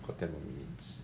got ten more minutes